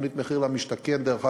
תוכנית מחיר למשתכן, דרך אגב,